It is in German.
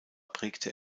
prägte